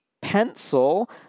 pencil